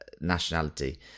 nationality